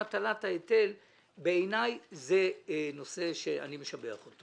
יצא לי טוב עם ספק וודאי, אז אתה צריך לקלקל לי את